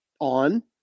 on